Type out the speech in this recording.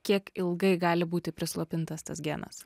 kiek ilgai gali būti prislopintas tas genas